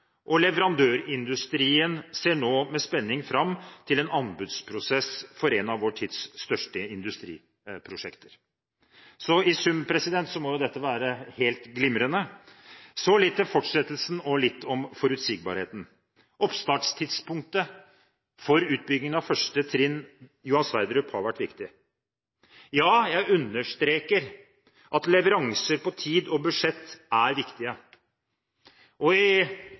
og leverandørindustrien ser nå med spenning fram til en anbudsprosess for et av vår tids største industriprosjekter. Så i sum må dette være helt glimrende. Så litt til fortsettelsen og litt om forutsigbarheten. Oppstartstidspunktet for utbyggingen av første trinn for Johan Sverdrup har vært viktig. Ja, jeg understreker at leveranser på tid og budsjett er viktige. I lys av andre saker og